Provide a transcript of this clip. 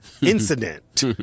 incident